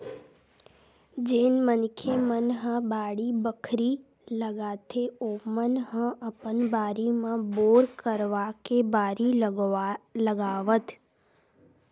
जेन मनखे मन ह बाड़ी बखरी लगाथे ओमन ह अपन बारी म बोर करवाके बारी लगावत